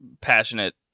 passionate